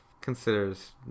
considers